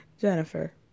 Jennifer